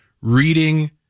reading